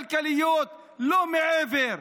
כלכליות, לא מעבר.